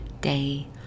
day